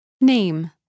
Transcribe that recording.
Name